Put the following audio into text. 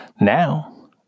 Now